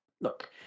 Look